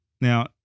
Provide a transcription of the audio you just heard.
Now